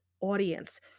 audience